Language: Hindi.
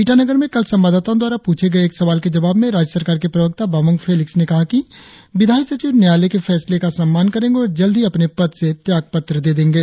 ईटानगर में कल संवाददाताओं द्वारा पूछे गए एक सवाल के जवाब में राज्य सरकार के प्रवक्ता बामंग फेलिक्स ने कहा कि की विधायी सचिव न्यायालय के फैसले का सम्मान करेंगे और जल्द ही अपने पद से त्याग पत्र दे देंगे